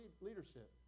leadership